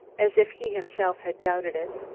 as if he himself had doubted it.